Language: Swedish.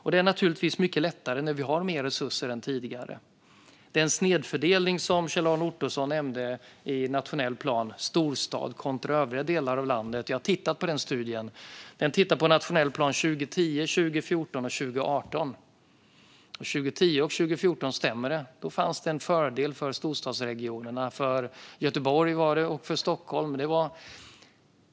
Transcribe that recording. Det är naturligtvis lättare när vi har mer resurser än tidigare. Kjell-Arne Ottosson nämnde den snedfördelning som finns i nationell plan; storstad kontra övriga delar av landet. Jag har tittat på studien, det vill säga nationell plan för 2010, 2014 och 2018. Det stämmer att det för 2010 och 2014 fanns en fördel för storstadsregionerna Göteborg och Stockholm.